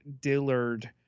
Dillard